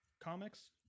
comics